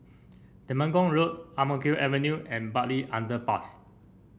Temenggong Road Ang Mo Kio Avenue and Bartley Underpass